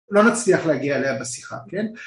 לא נצליח להגיע אליה בשיחה